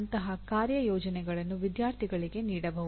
ಅಂತಹ ಕಾರ್ಯಯೋಜನೆಗಳನ್ನು ವಿದ್ಯಾರ್ಥಿಗಳಿಗೆ ನೀಡಬಹುದು